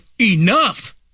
enough